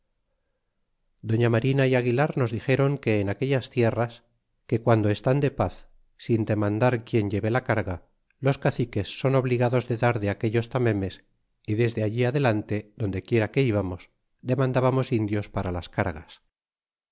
doña marina é aguilar nos dixéron que en aquellas tierras que guando estan de paz sin demandar quien lleve la carga los caciques son obligados de dar de aquellos tamemes y desde allí adelante donde quiera que íbamos demandbamos indios para las cargas